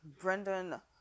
Brendan